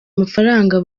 mafaranga